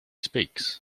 speaks